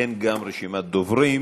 אין גם רשימת דוברים,